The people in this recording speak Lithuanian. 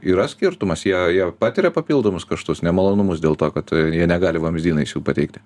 yra skirtumas jie jie patiria papildomus kaštus nemalonumus dėl to kad jie negali vamzdynais jų pateikti